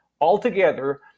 altogether